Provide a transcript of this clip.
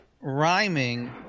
rhyming